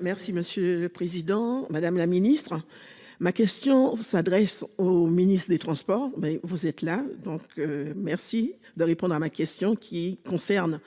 Merci monsieur le président, madame la ministre, ma question s'adresse au ministre des Transports. Mais vous êtes là donc. Merci de les prendre à ma question qui concerne